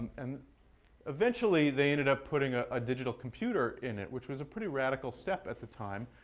and eventually, they ended up putting ah a digital computer in it, which was a pretty radical step at the time.